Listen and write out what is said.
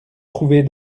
trouver